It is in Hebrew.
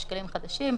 בשקלים חדשים,